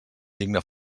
digne